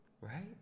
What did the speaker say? right